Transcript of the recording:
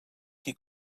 qui